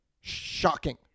Shocking